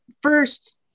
first